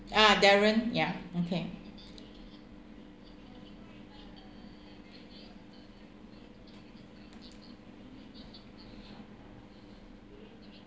ah darren yeah okay